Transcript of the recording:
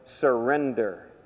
surrender